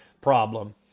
problem